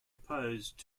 opposed